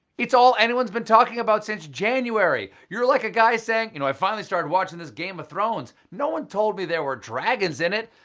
it's all anyone's been talking about since january! you're like a guy saying, you know i finally started watching this game of ah thrones no one told me there were dragons in it!